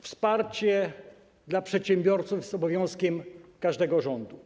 Wsparcie dla przedsiębiorców jest obowiązkiem każdego rządu.